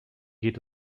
geht